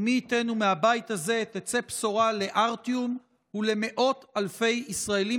ומי ייתן ומהבית הזה תצא בשורה לארטיום ולמאות אלפי ישראלים